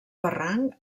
barranc